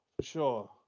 Sure